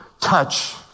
touch